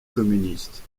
communiste